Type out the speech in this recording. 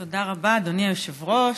תודה רבה, אדוני היושב-ראש.